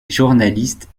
journaliste